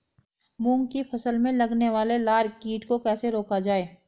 मूंग की फसल में लगने वाले लार कीट को कैसे रोका जाए?